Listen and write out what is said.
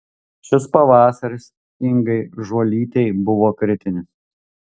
šis pavasaris ingai žuolytei buvo kritinis